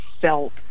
felt